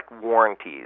warranties